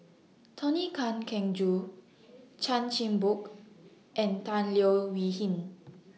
Tony Can Keng Joo Chan Chin Bock and Tan Leo Wee Hin